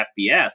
FBS